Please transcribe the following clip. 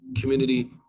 community